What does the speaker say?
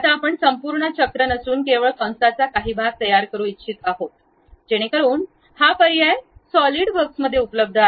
आता आपण संपूर्ण चक्र नसून केवळ कंसचा काही भाग तयार करू इच्छित आहोत जेणेकरून हा पर्याय सॉलिड वर्क्स मध्ये उपलब्ध आहे